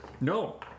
No